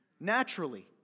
naturally